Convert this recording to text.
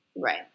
Right